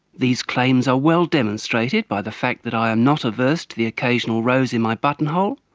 these claims are well demonstrated by the fact that i am not averse to the occasional rose in my buttonhole,